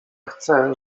chce